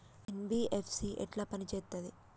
NBFC ఎట్ల పని చేత్తది?